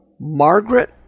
Margaret